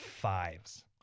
fives